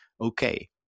okay